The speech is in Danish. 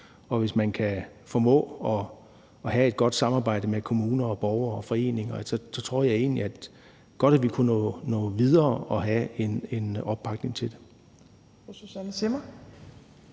og hvis man kan formå at have et godt samarbejde med kommuner, borgere og foreninger, tror jeg egentlig godt, at vi kunne nå videre og have opbakning til det.